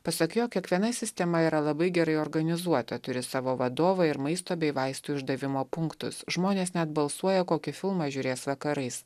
pasak jo kiekviena sistema yra labai gerai organizuota turi savo vadovą ir maisto bei vaistų išdavimo punktus žmonės net balsuoja kokį filmą žiūrės vakarais